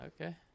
Okay